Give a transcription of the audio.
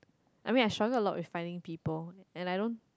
I mean I struggle a lot with finding people and I don't